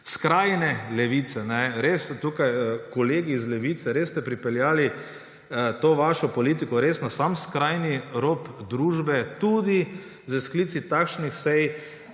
skrajne levice. Res ste tukaj, kolegi iz Levice, pripeljali to vašo politiko na sam skrajni rob družbe, tudi s sklici takšnih sej.